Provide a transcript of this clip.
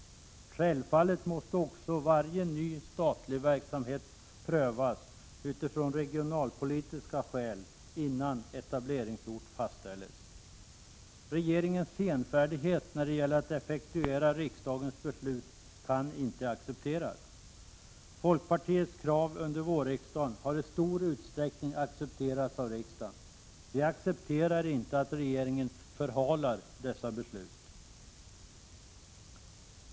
Självfallet måste också varje ny statlig verksamhet prövas utifrån regionalpolitiska skäl innan etableringsort fastställs. Regeringens senfärdighet när det gäller att effektuera riksdagens beslut kan inte accepteras. Folkpartiets krav under våren har i stor utsträckning accepterats av riksdagen. Vi accepterar inte att regeringen förhalar dessa beslut.